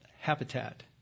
habitat